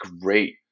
great